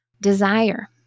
Desire